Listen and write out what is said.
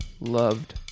loved